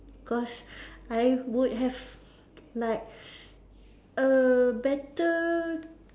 cause I would have like a better